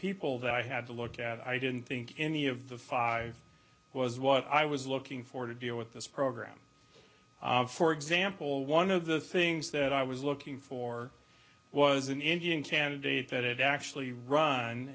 people that i had to look at i didn't think any of the five was what i was looking for to deal with this program for example one of the things that i was looking for was an indian candidate that it actually run